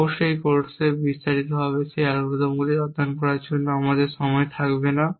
অবশ্যই এই কোর্সে বিস্তারিতভাবে সেই অ্যালগরিদমগুলি অধ্যয়ন করার জন্য আমাদের সময় থাকবে না